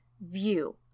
view